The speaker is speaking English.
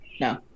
no